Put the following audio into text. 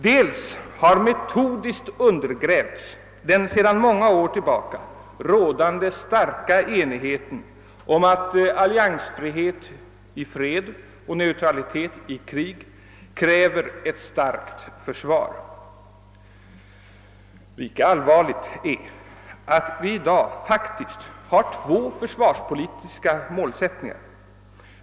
Dels har man metodiskt undergrävt den sedan många år tillbaka rådande starka enigheten om att alliansfrihet i fred och neutralitet i krig kräver ett starkt försvar. Lika allvarligt är att vi i dag faktiskt har två försvarspolitiska målsättningar.